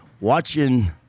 watching